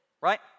right